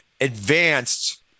advanced